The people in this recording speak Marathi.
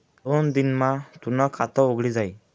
दोन दिन मा तूनं खातं उघडी जाई